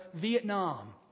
Vietnam